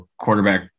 quarterback